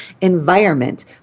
environment